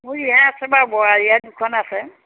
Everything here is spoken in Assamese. মোৰ ৰিহা আছে বাৰু বোৱা ৰিহা দুখন আছে